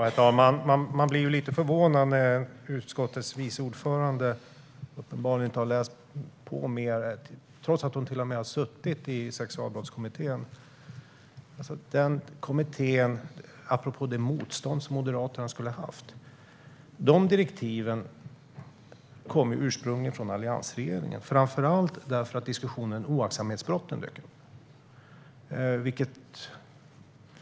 Herr talman! Man blir lite förvånad över att utskottets vice ordförande uppenbarligen inte har läst på mer, trots att hon till och med har suttit i sexualbrottskommittén. Kommitténs direktiv, apropå det motstånd som Moderaterna skulle ha haft, kom ursprungligen från alliansregeringen, framför allt därför att diskussionen om oaktsamhetsbrotten dök upp.